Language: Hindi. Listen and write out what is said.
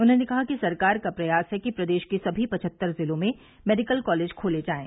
उन्हॉने कहा कि सरकार का प्रयास है कि प्रदेश के सभी पचहत्तर जिलों में मेडिकल कॉलेज खोले जायें